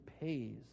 pays